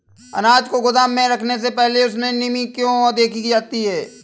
अनाज को गोदाम में रखने से पहले उसमें नमी को क्यो देखी जाती है?